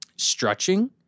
stretching